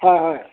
হয় হয়